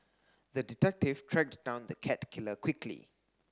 the detective tracked down the cat killer quickly